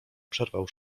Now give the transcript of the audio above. przerwał